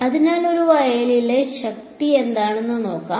അതിനാൽ ഒരു വയലിലെ ശക്തി എന്താണെന്ന് നോക്കാം